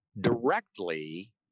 directly